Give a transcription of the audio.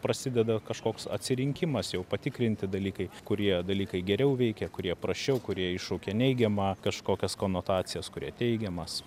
prasideda kažkoks atsirinkimas jau patikrinti dalykai kurie dalykai geriau veikia kurie prasčiau kurie iššaukia neigiamą kažkokias konotacijas kurie teigiamas